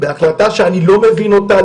בהחלטה שאני לא מבין אותה,